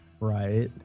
Right